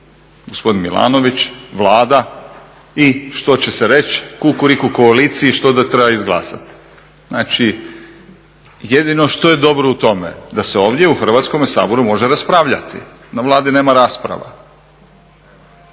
Gospodin Milanović, Vlada? I što će se reći kukuriku koaliciji što da treba izglasati. Znači jedino što je dobro u tome? Da se ovdje u Hrvatskome saboru može raspravljati. Na Vladi nema rasprava.